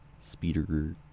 speeder